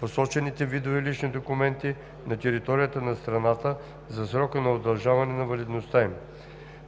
посочените видове лични документи на територията на страната за срока на удължаване на валидността им.